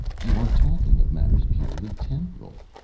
you are talking of matters purely temporal,